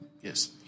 Yes